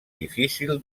difícil